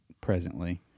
presently